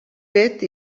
fet